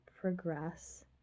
progress